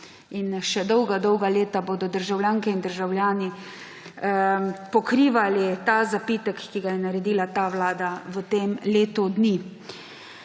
In še dolga dolga leta bodo državljanke in državljani pokrivali ta zapitek, ki ga je naredila ta vlada v tem letu dni.